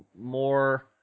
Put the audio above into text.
more